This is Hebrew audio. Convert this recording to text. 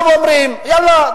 אומרים: יאללה.